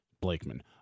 Blakeman